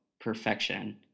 perfection